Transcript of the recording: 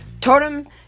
Totem